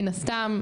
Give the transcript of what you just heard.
מן הסתם,